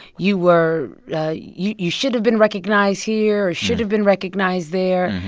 you were you you should have been recognized here, should have been recognized there.